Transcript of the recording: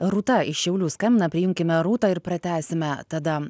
rūta iš šiaulių skambina prijunkime rūtą ir pratęsime tada